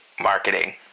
marketing